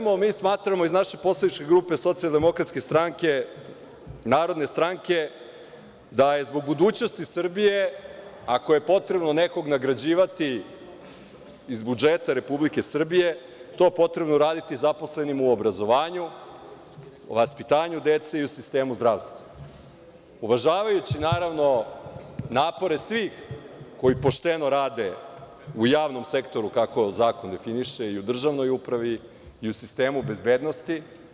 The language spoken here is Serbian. Mi smatramo, iz naše poslaničke grupe Socijaldemokratske stranke – narodne stranke da je zbog budućnosti Srbije, ako je potrebno nekoga nagrađivati iz budžeta Republike Srbije to je potrebno uraditi zaposlenima u obrazovanju, vaspitanju dece i u sistemu zdravstva, uvažavajući, naravno, napore svih koji pošteno rade u javnom sektoru, kako zakon definiše i u državnoj upravi, i u sistemu bezbednosti.